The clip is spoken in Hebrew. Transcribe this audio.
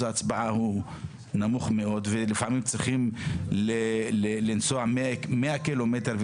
ההצבעה הוא נמוך מאוד ולפעמים צריכים לנסוע 100 ק"מ,